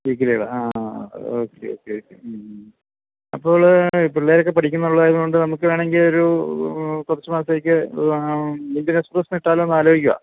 വീക്കിലികള് അ okay okay മ് അപ്പോള് പിള്ളേരൊക്കെ പഠിക്കുന്നത് ഉള്ളതുകൊണ്ട് നമുക്ക് വേണമെങ്കില് ഒരു കുറച്ച്ു മാസത്തേക്ക് ഇൻഡ്യൻ എക്സ്പ്രസ് ഇട്ടാലോ എന്ന് ആലോചിക്കുകയാണ്